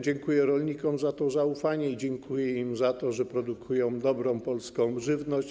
Dziękuję rolnikom za to zaufanie i dziękuję im za to, że produkują dobrą, polską żywność.